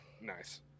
Nice